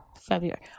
February